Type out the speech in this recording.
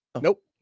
Nope